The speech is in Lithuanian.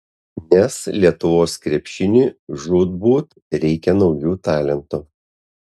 nes lietuvos krepšiniui žūtbūt reikia naujų talentų